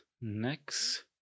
next